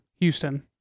Houston